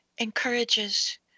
encourages